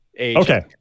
Okay